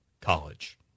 College